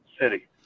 City